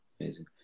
amazing